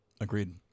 Agreed